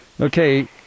Okay